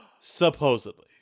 Supposedly